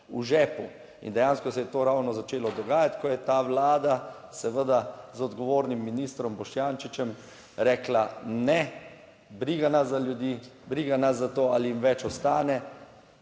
v žepu. In dejansko se je to ravno začelo dogajati, ko je ta Vlada, seveda z odgovornim ministrom Boštjančičem rekla ne, briga nas za ljudi, briga nas za to, ali jim več ostane.